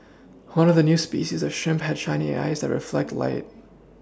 one of new species of shrimp had shiny eyes that reflect light